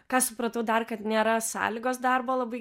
ką supratau dar kad nėra sąlygos darbo labai